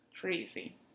Crazy